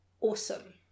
Awesome